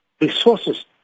resources